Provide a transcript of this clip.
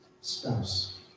spouse